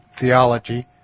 theology